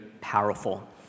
powerful